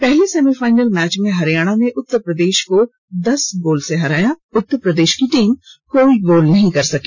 पहले semifinal match में हरियाणा ने उत्तर प्रदेश को दस गोल से हराया उत्तर प्रदेश कोई गोल नहीं कर सकी